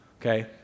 Okay